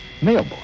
mailboy